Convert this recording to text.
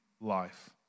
life